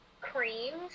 creams